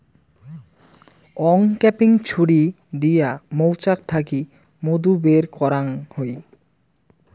uncapping ছুরি দিয়া মৌচাক থাকি মধু বের করাঙ হই